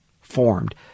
formed